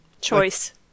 Choice